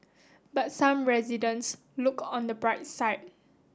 but some residents look on the bright side